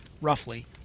roughly